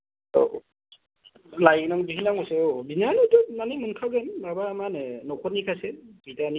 औ लायनां बिहैनांगौसो औ बिनायालायथ' माने मोनखागोन माबा मा होनो न'खरनिखासो बिदानि